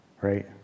Right